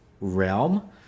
realm